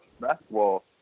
basketball